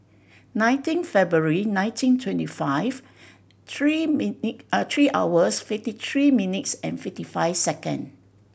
nineteen February nineteen twenty five three minute three hours fifty three minutes and fifty five second